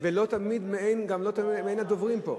ולא תמיד לדוברים פה.